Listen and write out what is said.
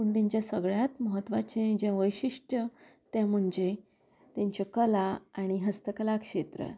पूण तेंच्या सगळ्यांत म्हत्वाचें जें वैशिश्ट्य तें म्हणजे तेंचे कला आनी हस्तकला क्षेत्र